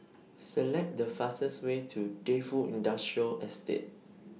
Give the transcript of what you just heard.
Select The fastest Way to Defu Industrial Estate